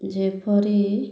ଯେପରି